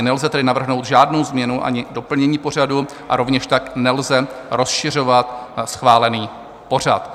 Nelze tedy navrhnout žádnou změnu ani doplnění pořadu a rovněž tak nelze rozšiřovat schválený pořad.